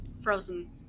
frozen